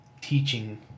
teaching